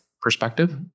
perspective